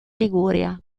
liguria